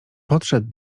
podszedł